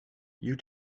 you